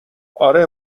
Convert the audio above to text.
اره